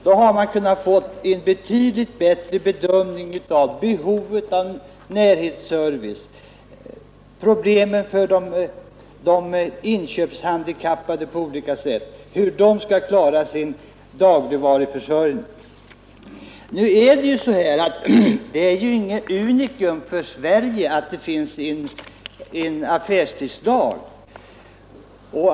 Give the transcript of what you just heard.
Då hade man kunnat få en betydligt bättre bedömning av behovet av närhetsservice, särskilt för dem som på grund av olika handikapp har svårt att klara sin dagligvaruförsörjning. Nu är det ju inget unikum för Sverige att det finns en affärstidslag.